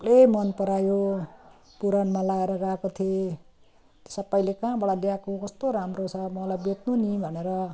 सबले मन परायो पुराणमा लगाएर गएको थिएँ सबले कहाँबाट ल्याएको कस्तो राम्रो छ मलाई बेच्नु नि भनेर